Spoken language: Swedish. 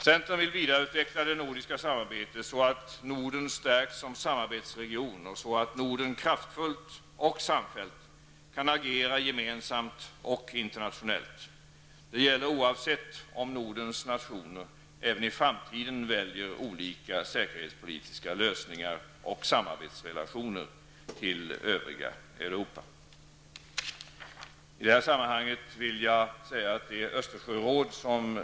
Centern vill vidareutveckla det nordiska samarbetet, så att Norden stärks som samarbetsregion och så att Norden kraftfullt och samfällt kan agera gemensamt och internationellt. Det gäller oavsett om Nordens nationer även i framtiden väljer olika säkerhetspolitiska lösningar och samarbetsrelationer till övriga Europa. I det sammanhanget är Östersjörådet viktigt.